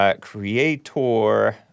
Creator